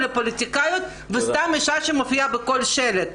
לגבי פוליטיקאיות וסתם אישה שמופיעה בכל שלט.